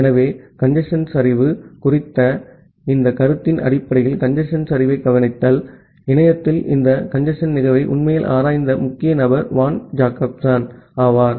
ஆகவே கஞ்சேஸ்ன் சரிவு குறித்த இந்த கருத்தின் அடிப்படையில் கஞ்சேஸ்ன் சரிவைக் கவனித்தல் இணையத்தில் இந்த கஞ்சேஸ்ன் நிகழ்வை உண்மையில் ஆராய்ந்த முக்கிய நபர் வான் ஜேக்கப்சன் ஆவார்